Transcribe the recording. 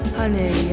honey